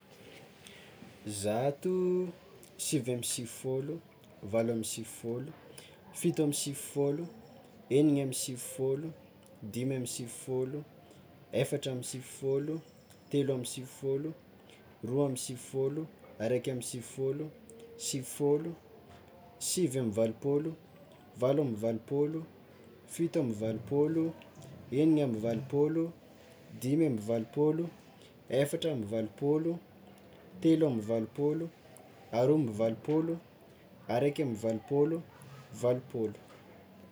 Zato, sivy amby sivifôlo, valo amby sivifôlo, fito amby sivifôlo, eniny amby sivifôlo, dimy amby sivifôlo, efatra amby sivifôlo, telo amby sivifôlo, roa amby sivifôlo, araiky amby sivifôlo, sivy fôlo, sivy amby valopôlo, valo amby valopôlo, fito amby valopôlo, eniny amby valopôlo, dimy amby valopôlo, efatra amby valopôlo, telo amby valopôlo, aroa amby valopôlo, araiky amby valopôlo, valopolo.